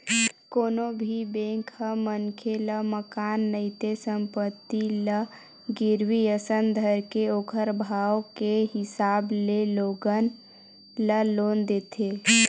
कोनो भी बेंक ह मनखे ल मकान नइते संपत्ति ल गिरवी असन धरके ओखर भाव के हिसाब ले लोगन ल लोन देथे